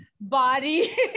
body